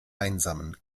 einsamen